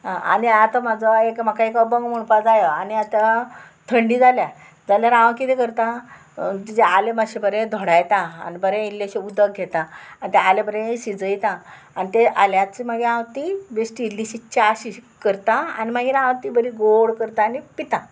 आनी आतां म्हाजो एक म्हाका एक अभंग म्हणपा जायो आनी आतां थंडी जाल्या जाल्यार हांव किदें करतां तुजें आलें मातशें बरें धोडायता आनी बरें इल्लें अशें उदक घेता आनी तें आलें बरें शिजयता आनी तें आल्याच मागीर हांव ती बेश्टी इल्लीशी चा शी करतां आनी मागीर हांव ती बरी गोड करता आनी पिता